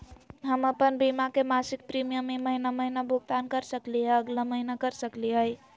हम अप्पन बीमा के मासिक प्रीमियम ई महीना महिना भुगतान कर सकली हे, अगला महीना कर सकली हई?